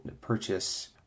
purchase